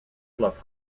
bluff